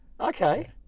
Okay